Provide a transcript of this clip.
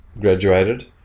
graduated